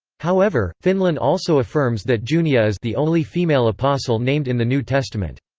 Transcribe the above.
however, finlan also affirms that junia is the only female apostle named in the new testament.